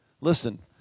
Listen